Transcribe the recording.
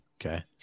okay